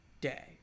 day